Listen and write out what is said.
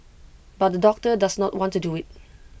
but the doctor does not want to do IT